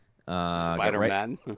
Spider-Man